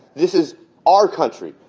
this is our country,